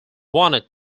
wanted